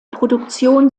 produktion